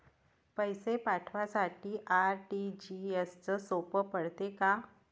पैसे पाठवासाठी आर.टी.जी.एसचं सोप पडते का?